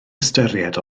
ystyried